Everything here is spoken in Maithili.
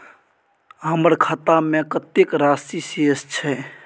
हमर खाता में कतेक राशि शेस छै?